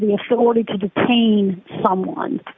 the authority to detain someone